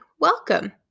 welcome